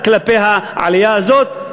כלפי העלייה הזאת,